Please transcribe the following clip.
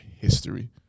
history